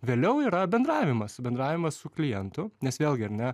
vėliau yra bendravimas bendravimas su klientu nes vėlgi ar ne